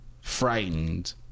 frightened